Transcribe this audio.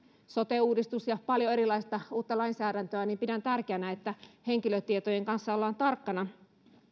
sote uudistus ja paljon erilaista uutta lainsäädäntöä niin pidän tärkeänä että henkilötietojen kanssa ollaan tarkkana